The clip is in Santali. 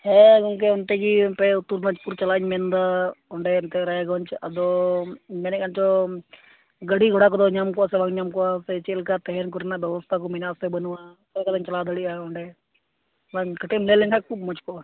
ᱦᱮᱸ ᱜᱚᱢᱠᱮ ᱚᱱᱛᱮ ᱜᱮ ᱟᱯᱮ ᱩᱛᱛᱚᱨ ᱫᱤᱱᱟᱡᱯᱩᱨ ᱪᱟᱞᱟᱜ ᱤᱧ ᱢᱮᱱᱮᱫᱟ ᱚᱸᱰᱮ ᱮᱱᱛᱮᱫ ᱨᱟᱭᱜᱚᱧᱡᱽ ᱟᱫᱚ ᱢᱮᱱᱮᱫ ᱠᱟᱱᱪᱚᱢ ᱜᱟᱹᱰᱤ ᱜᱷᱚᱲᱟ ᱠᱚᱫᱚ ᱧᱟᱢ ᱠᱚᱜᱼᱟ ᱥᱮ ᱵᱟᱝ ᱧᱟᱢ ᱠᱚᱜᱼᱟ ᱥᱮ ᱪᱮᱫ ᱞᱮᱠᱟ ᱛᱟᱦᱮᱱ ᱠᱚᱨᱮᱱᱟᱜ ᱵᱮᱵᱚᱥᱛᱷᱟ ᱠᱚ ᱢᱮᱱᱟᱜᱼᱟ ᱥᱮ ᱵᱟᱹᱱᱩᱜᱼᱟ ᱚᱠᱟ ᱞᱮᱠᱚᱨᱤᱧ ᱪᱟᱞᱟᱣ ᱫᱟᱲᱮᱭᱟᱜᱼᱟ ᱚᱸᱰᱮ ᱵᱟᱝ ᱠᱟᱹᱴᱤᱡ ᱮᱢ ᱞᱟᱹᱭ ᱞᱮᱱᱠᱷᱟᱱ ᱠᱷᱩᱵ ᱢᱚᱡᱽ ᱠᱚᱜᱼᱟ